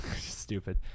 stupid